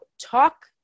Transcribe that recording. talk